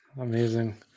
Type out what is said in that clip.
Amazing